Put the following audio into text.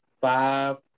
five